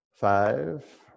Five